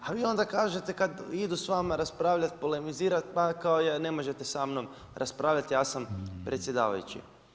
A vi onda kažete kada idu s vama raspravljati, polemizirati pa, kao ne možete sa mnom raspravljati ja sam predsjedavajući.